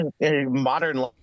modern